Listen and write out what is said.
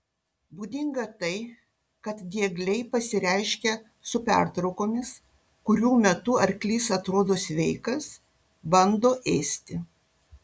būdinga tai kad diegliai pasireiškia su pertraukomis kurių metu arklys atrodo sveikas bando ėsti